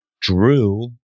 drew